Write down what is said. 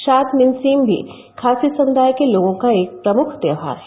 शाद मिनसीम भी खासी समुदाय के लोगों का एक प्रमुख त्यौहार है